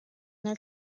their